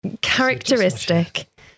Characteristic